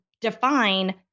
define